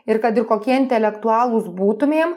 ir kad ir kokie intelektualūs būtumėm